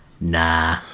nah